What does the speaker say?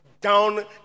down